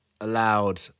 allowed